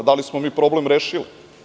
Da li smo mi problem rešili?